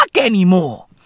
anymore